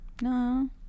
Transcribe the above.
No